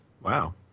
Wow